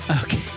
Okay